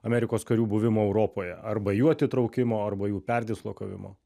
amerikos karių buvimo europoje arba jų atitraukimo arba jų perdislokavimo